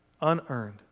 unearned